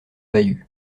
bahut